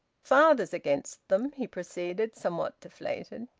father's against them, he proceeded, somewhat deflated.